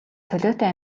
солиотой